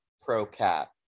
pro-cat